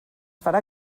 farà